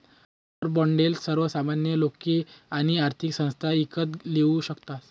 war बाॅन्डले सर्वसामान्य लोके आणि आर्थिक संस्था ईकत लेवू शकतस